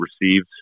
received